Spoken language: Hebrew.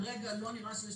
שכרגע לא נראה שיש